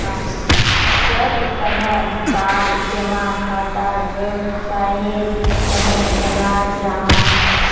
सब तरह कार जमा खाताक वैवसायेर तने बनाल जाहा